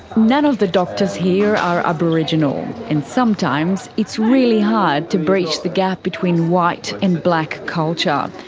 none of the doctors here are aboriginal, and sometimes it's really hard to breach the gap between white and black culture.